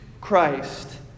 Christ